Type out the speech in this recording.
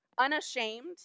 unashamed